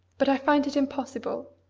but i find it impossible!